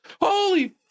Holy